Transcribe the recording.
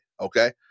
Okay